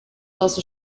also